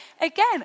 again